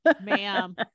ma'am